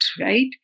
right